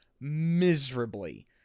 miserably